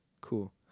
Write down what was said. Cool